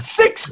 six